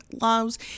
loves